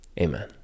Amen